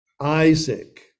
Isaac